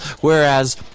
Whereas